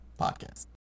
podcast